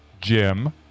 Jim